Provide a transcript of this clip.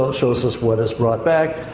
ah shows us what is brought back.